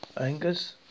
Angus